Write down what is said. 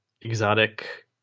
exotic